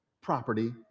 property